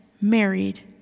married